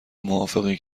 موافقی